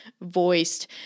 voiced